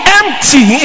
empty